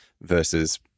versus